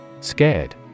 Scared